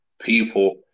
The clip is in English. people